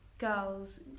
girls